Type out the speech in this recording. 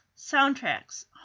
Soundtracks